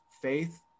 faith